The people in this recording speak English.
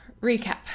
recap